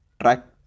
track